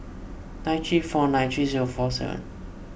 nine three four nine three zero four seven